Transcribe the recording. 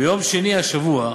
ביום שני השבוע,